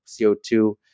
CO2